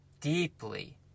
deeply